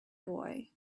boy